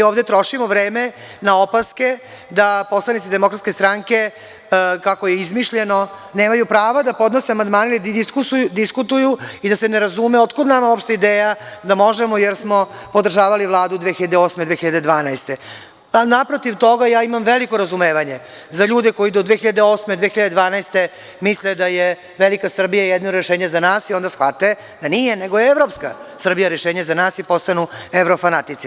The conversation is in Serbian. Trošimo vreme na opaske da poslanici DS kako je izmišljeno nemaju prava da podnose amandmane, niti da diskutuju i da se ne razume otkud nama uopšte ideja da možemo jer smo podržavali Vladu 2008. do 2012. godine, ali naprotiv toga, ja imam veliko razumevanje za ljude koji do 2008. do 2012. godine misle da je velika Srbija jedino rešenje za nas, i onda shvate da nije nego je evropska Srbija rešenje za nas i postanu evrofanatici.